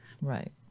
Right